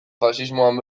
faxismoan